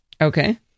Okay